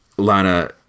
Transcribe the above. lana